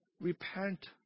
Repent